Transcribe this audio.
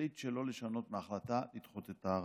והחליט שלא לשנות מההחלטה לדחות את הערר.